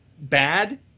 bad